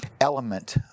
element